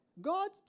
God